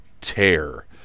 tear